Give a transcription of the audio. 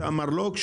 זה המרלו"ג,